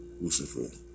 Lucifer